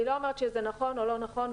אני לא אומרת שזה נכון או לא נכון,